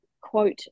quote